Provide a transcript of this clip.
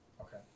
Okay